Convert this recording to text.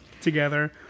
together